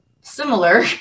similar